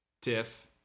Tiff